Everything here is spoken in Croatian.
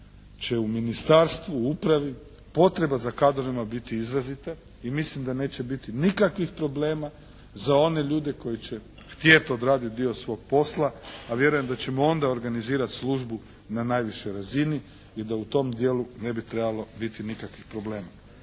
će u ministarstvu, u upravi potreba za kadrovima biti izrazita i mislim da neće biti nikakvih problema za one ljude koji će htjeti odraditi dio svog posla, a vjerujem da ćemo onda organizirati službu na najvišoj razini i da u tom dijelu ne bi trebalo biti nikakvih problema.